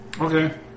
Okay